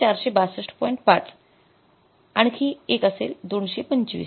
५ आणि आणखी एक असेल २२५